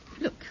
Look